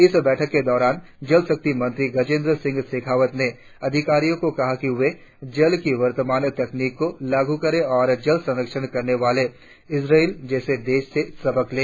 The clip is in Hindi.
इस बैठक के दौरान जल शक्ति मंत्री गजेंद्र सिंह शेखावत ने अधिकारियों को कहा कि वे जल की वर्तमान तकनीकी को लागू करें और जल संरक्षण करने वाले इस्त्रायल जैसे देशों से सबक ले